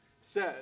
says